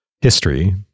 history